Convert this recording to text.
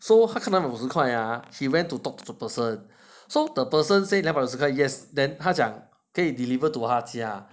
so 他就拿了两百五十块 he went to talk to person so the person said 两百五十块 yes 可以 deliver 他家